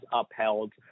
upheld